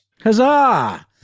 Huzzah